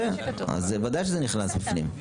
יפה, אז בוודאי שזה נכנס בפנים.